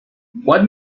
what